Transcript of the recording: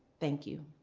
thank you.